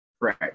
Right